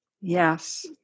yes